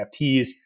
NFTs